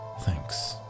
thanks